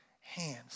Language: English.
hands